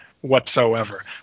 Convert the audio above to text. whatsoever